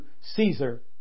Caesar